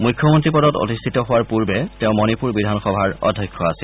মুখ্যমন্তীপদত অধিষ্ঠিত হোৱাৰ পূৰ্বে তেওঁ মণিপুৰ বিধানসভাৰ অধ্যক্ষ আছিল